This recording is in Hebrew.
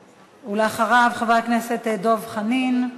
אחריו, חבר הכנסת דב חנין.